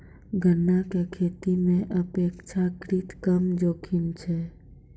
गन्ना के खेती मॅ अपेक्षाकृत कम जोखिम छै